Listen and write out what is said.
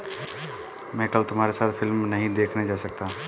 मैं कल तुम्हारे साथ फिल्म नहीं देखने जा सकता